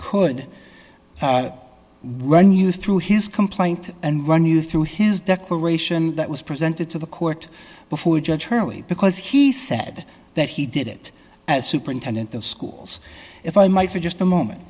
could run you through his complaint and run you through his declaration that was presented to the court before judge fairly because he said that he did it as superintendent of schools if i might for just a moment